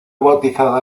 bautizada